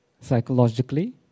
psychologically